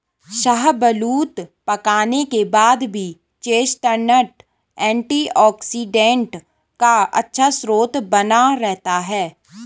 शाहबलूत पकाने के बाद भी चेस्टनट एंटीऑक्सीडेंट का अच्छा स्रोत बना रहता है